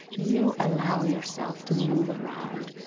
you allow yourself to move around,